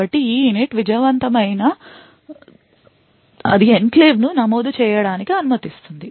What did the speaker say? కాబట్టి EINIT విజయవంతమైతే అది ఎన్క్లేవ్ను నమోదు చేయడానికి అనుమతిస్తుంది